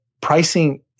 pricing